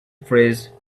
phrase